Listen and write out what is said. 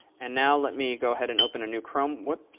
and now let me go ahead and open a new chrome. oops,